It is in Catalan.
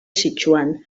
sichuan